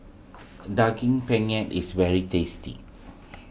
Daging Penyet is very tasty